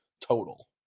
total